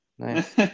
nice